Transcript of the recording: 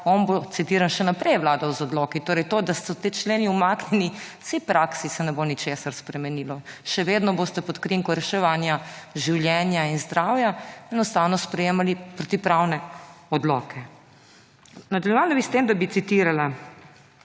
on bo, citiram, še naprej vladal z odloki, torej to, da so ti členi umaknjeni, saj v praksi se nebo ničesar spremenilo. Še vedno boste pod krinko reševanja življenja in zdravja enostavno sprejemali protipravne odloke. Nadaljevala bi s tem, da bi citirala